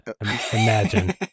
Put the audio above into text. Imagine